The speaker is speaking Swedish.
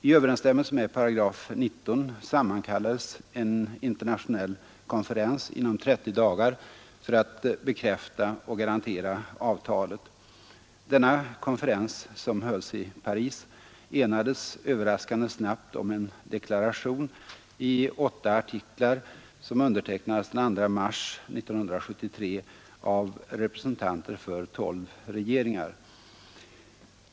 I överensstämmelse med § 19 sammankallades en internationell konferens inom 30 dagar för att bekräfta och garantera avtalet. Denna konferens, som hölls i Paris, enades överraskande snabbt om en deklaration i åtta artiklar, som undertecknades den 2 mars 1973 av representanter för tolv regeringar.